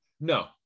No